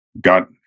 got